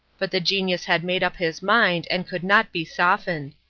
but the genius had made up his mind, and could not be softened.